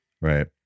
Right